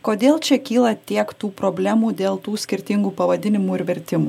kodėl čia kyla tiek tų problemų dėl tų skirtingų pavadinimų ir vertimų